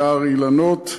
יער אילנות,